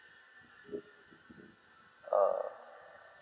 err